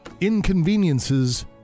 Inconveniences